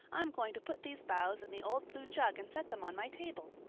i'm going to put these boughs in the old blue jug and set them on my table.